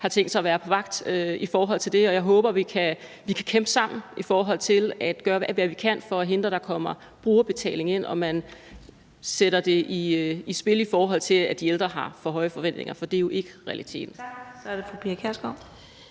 har tænkt sig at være på vagt i forhold til det, og jeg håber, vi kan kæmpe sammen for at gøre alt, hvad vi kan, for at der kommer brugerbetaling ind, og at man sætter det i spil i forhold til, at de ældre har for høje forventninger. For det er jo ikke realiteten.